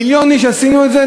עם מיליון איש עשינו את זה,